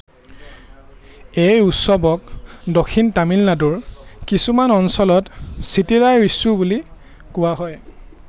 এই উৎসৱক দক্ষিণ তামিলনাডুৰ কিছুমান অঞ্চলত চিট্টিৰাই ৱিশু বুলি কোৱা হয়